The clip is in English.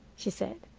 she said,